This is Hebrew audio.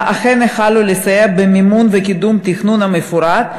אכן החלו לסייע במימון וקידום של התכנון המפורט,